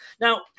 Now